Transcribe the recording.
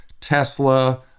Tesla